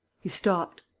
he stopped,